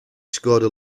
scored